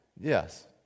Yes